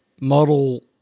Model